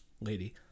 lady